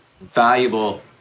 valuable